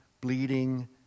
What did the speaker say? bleeding